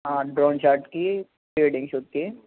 drone షాట్కి prewedding షూట్కి